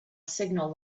signal